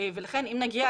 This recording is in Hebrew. ולכן אם נגיע,